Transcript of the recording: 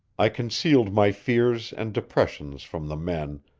i concealed my fears and depressions from the men,